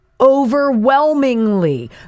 Overwhelmingly